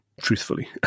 truthfully